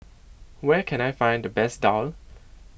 where can I find the best Daal